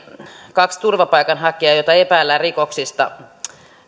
kaksi turvapaikanhakijaa joita epäillään rikoksista